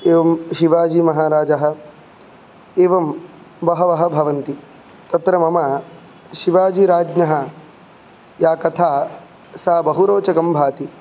एवं शिवाजिमहाराजः एवं बहवः भवन्ति तत्र मम शिवाजिराज्ञः या कथा सा बहु रोचकं भाति